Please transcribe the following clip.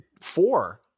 four